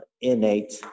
innate